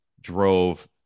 drove